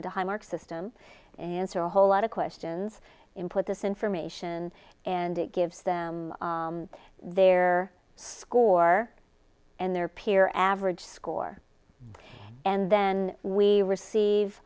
into highmark system and answer a whole lot of questions in put this information and it gives them their score and their peer average score and then we receive